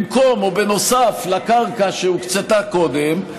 במקום או בנוסף לקרקע שהוקצתה קודם,